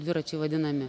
dviračiai vadinami